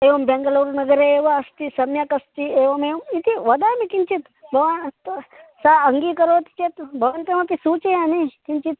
एवं बेङ्गलूरुनगरे एव अस्ति सम्यक् अस्ति एवमेवम् इति वदामि किञ्चित् भवान् अस्तु सा अङ्गीकरोति चेत् भवन्तमपि सूचयामि किञ्चित्